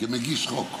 כמגיש חוק.